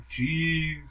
jeez